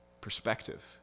Perspective